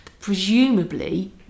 presumably